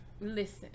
Listen